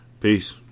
peace